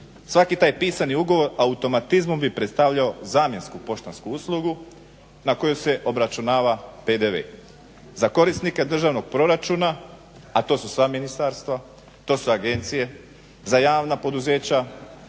Svaki taj pisani ugovor automatizmom bi predstavljao zamjensku poštansku uslugu na koju se obračunava PDV. Za korisnike državnog proračuna, a to su sva ministarstva, to su agencije, za javna poduzeća,